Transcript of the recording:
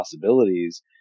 possibilities